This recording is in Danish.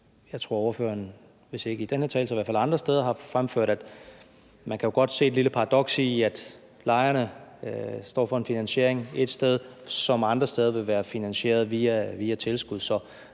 jeg tror, at ordføreren – hvis ikke i den her tale, men så i hvert fald andre steder – har fremført, at man godt kan se et lille paradoks i, at lejerne står for en finansiering et sted, som andre steder vil være finansieret via tilskud.